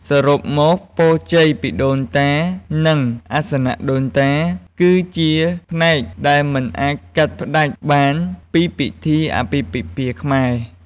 សរុបមក ពរជ័យពីដូនតា និង អាសនៈដូនតា គឺជាផ្នែកដែលមិនអាចកាត់ផ្តាច់បានពីពិធីអាពាហ៍ពិពាហ៍ខ្មែរ។